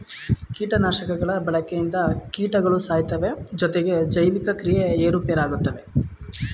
ಕೀಟನಾಶಕಗಳ ಬಳಕೆಯಿಂದ ಕೀಟಗಳು ಸಾಯ್ತವೆ ಜೊತೆಗೆ ಜೈವಿಕ ಕ್ರಿಯೆ ಏರುಪೇರಾಗುತ್ತದೆ